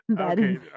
okay